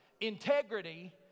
Integrity